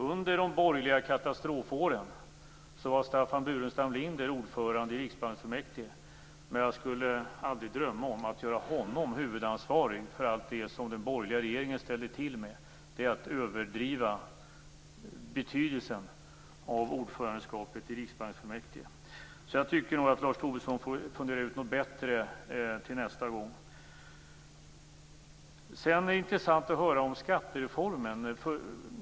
Under de borgerliga katastrofåren var Staffan Burenstam-Linder ordförande i riksbanksfullmäktige, men jag skulle aldrig drömma om att göra honom huvudansvarig för allt det som den borgerliga regeringen ställde till med. Det är att överdriva betydelsen av ordförandeskapet i riksbanksfullmäktige. Så jag tycker nog att Lars Tobisson får fundera ut något bättre till nästa gång. Sedan är det intressant att höra om skattereformen.